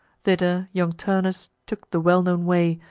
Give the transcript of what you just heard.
thither young turnus took the well-known way,